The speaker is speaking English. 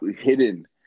hidden